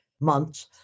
months